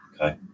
okay